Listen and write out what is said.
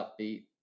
upbeat